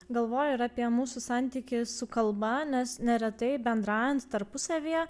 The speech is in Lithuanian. galvoju ir apie mūsų santykį su kalba nes neretai bendraujant tarpusavyje